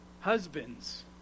Husbands